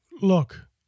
look